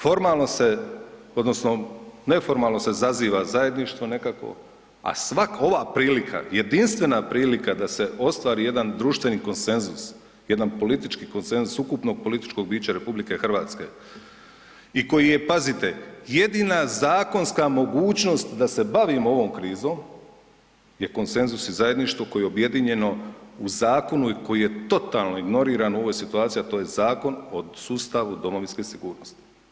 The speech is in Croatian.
Formalno se odnosno neformalno se zaziva zajedništvo nekakvo, a svaka ova prilika, jedinstvena prilika da se ostvari jedan društveni konsenzus, jedan politički konsenzus ukupnog političkog bića RH i koji je pazite, jedina zakonska mogućnost da se bavimo ovom krizom, je konsenzus i zajedništvo koje je objedinjeno u zakonu i koje je totalno ignorirano u ovoj situaciji, a to je Zakon o sustavu domovinske sigurnosti.